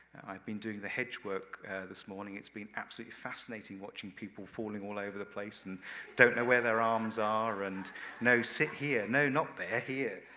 i've been doing the hedge work this morning, it's been absolutely fascinating watching people falling all over the place, and don't know where their arms are, and no, sit here. no not there. here.